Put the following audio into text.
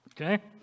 okay